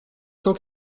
cent